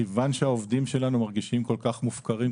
מכיוון שהעובדים שלנו מרגישים כל כך מופקרים,